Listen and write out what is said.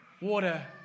water